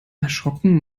erschrocken